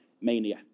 mania